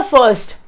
First